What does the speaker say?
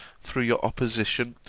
through your opposition,